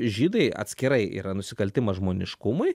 žydai atskirai yra nusikaltimas žmoniškumui